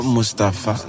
Mustafa